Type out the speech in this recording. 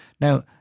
Now